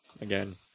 again